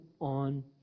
on